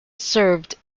served